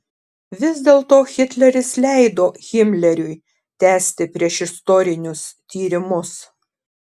vis dėlto hitleris leido himleriui tęsti priešistorinius tyrimus